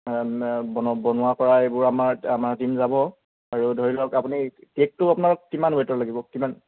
বনোৱা কৰা এইবোৰ আমাৰ আমাৰ টিম যাব আৰু ধৰি লওক আপুনি কেকটো আপোনাৰ কিমান ওৱেটৰ লাগিব কিমান